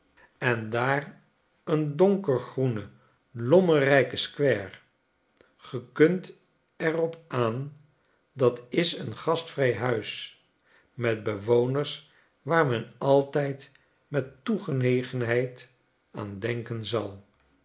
en daar een donker groene lommerrijke square ge kunt er op aan dat is een gastvry huis met bewoners waar men altijd met toegenegenheid aan denken zal